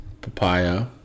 papaya